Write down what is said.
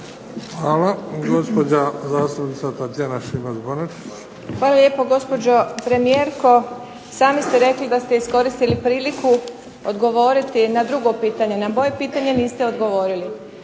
**Šimac Bonačić, Tatjana (SDP)** Hvala lijepo. Gospođo premijerko sami ste rekli da ste iskoristili priliku odgovoriti na drugo pitanje. Na moje pitanje niste odgovorili.